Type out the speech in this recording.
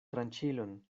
tranĉilon